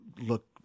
look